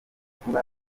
kuba